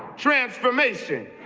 transformation